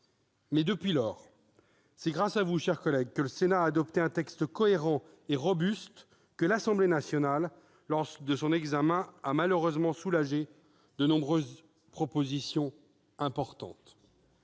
aussi depuis lors. C'est grâce à vous, chère collègue, que le Sénat a adopté un texte cohérent et robuste que l'Assemblée nationale, lors de son examen, a malheureusement soulagé de nombreuses propositions importantes.